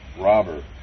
Robert